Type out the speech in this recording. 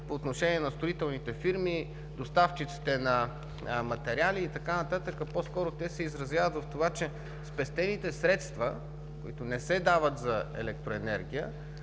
по отношение на строителните фирми, доставчиците на материали и така нататък, а по-скоро се изразяват в това, че спестените средства, като не се дават за електроенергия